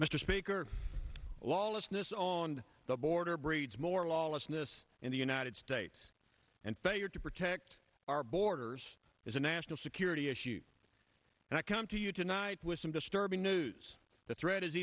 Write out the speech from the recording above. mr speaker lawlessness on the border breeds more lawlessness in the united states and failure to protect our borders is a national security issue and i come to you tonight with some disturbing news the threat is